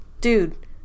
dude